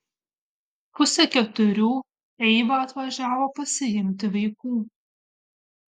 pusę keturių eiva atvažiavo pasiimti vaikų